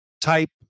type